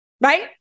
right